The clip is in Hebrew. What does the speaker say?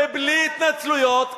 ובלי התנצלויות.